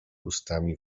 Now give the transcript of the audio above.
ustami